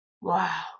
Wow